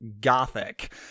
Gothic